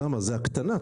זה הקטנת.